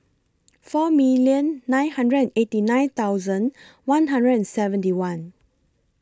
four million nine hundred and eighty nine thousand one hundred and seventy one